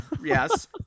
Yes